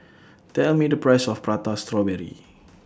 Tell Me The Price of Prata Strawberry